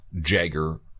Jagger